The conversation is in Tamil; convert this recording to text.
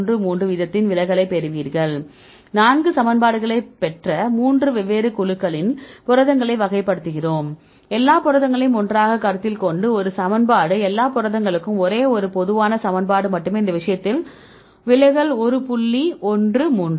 13 வீதத்தின் விலகலைப் பெறுவீர்கள் நான்கு சமன்பாடுகளைப் பெற்ற 3 வெவ்வேறு குழுக்களில் புரதங்களை வகைப்படுத்துகிறோம் எல்லா புரதங்களையும் ஒன்றாகக் கருத்தில் கொண்டு ஒரு சமன்பாடு எல்லா புரதங்களுக்கும் ஒரே ஒரு பொதுவான சமன்பாடு மட்டுமே இந்த விஷயத்தில் விலகல் ஒரு புள்ளி ஒன்று 3